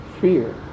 fear